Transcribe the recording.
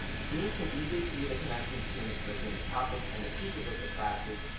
students can easily see the connection between the curriculum's topics and the teachers of the classes,